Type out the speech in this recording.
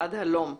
עד הלום.